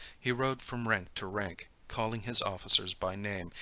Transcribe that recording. he rode from rank to rank, calling his officers by name,